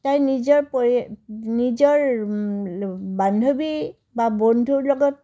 তাই নিজৰ পৰি নিজৰ বান্ধৱী বা বন্ধুৰ লগত